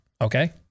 Okay